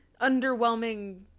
underwhelming